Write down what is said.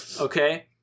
Okay